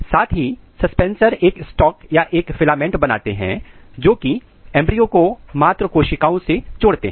साथ ही सस्पेंसर एक स्टॉक या एक फिलामेंट बनाते हैं जोकि एंब्रियो को मात्र कोशिकाओं से जोड़ते हैं